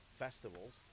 festivals